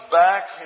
back